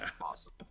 Awesome